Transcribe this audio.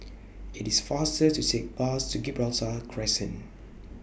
IT IS faster to Take Bus to Gibraltar Crescent